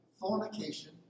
fornication